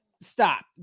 stop